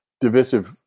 divisive